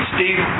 Steve